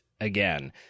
again